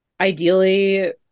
ideally